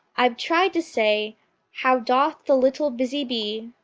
i've tried to say how doth the little busy bee,